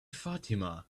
fatima